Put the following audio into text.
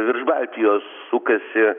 virš baltijos sukasi